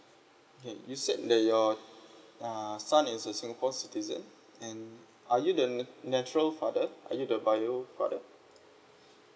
okay you said that your err son is a singapore citizen and are you the n~ natural father are you the bio father